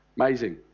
Amazing